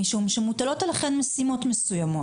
משום שמוטלות עליכם משימות מסוימות.